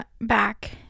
back